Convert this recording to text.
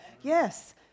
Yes